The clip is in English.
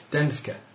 Denska